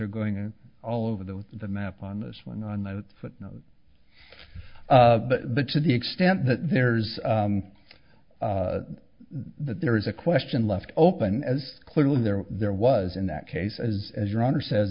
are going all over the the map on this one on that but the to the extent that there's that there is a question left open as clearly there there was in that case as as your honor says